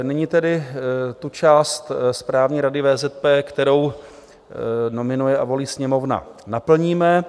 Nyní tedy tu část Správní rady VZP, kterou nominuje a volí Sněmovna, naplníme.